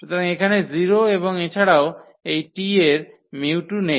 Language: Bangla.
সুতরাং এখানে 0 এবং এছাড়াও এই t এর 𝜇2 নেই